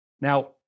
Now